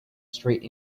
straight